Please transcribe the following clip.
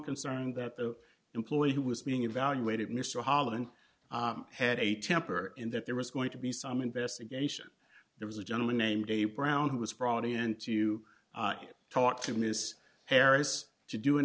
concern that the employee who was being evaluated mr holland had a temper and that there was going to be some investigation there was a gentleman named dave brown who was brought in to talk to miss harris to do an